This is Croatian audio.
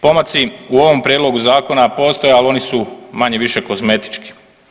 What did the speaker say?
Pomaci u ovom Prijedlogu zakona postoje, ali oni su manje-više kozmetički.